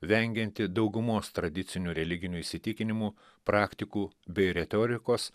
vengianti daugumos tradicinių religinių įsitikinimų praktikų bei retorikos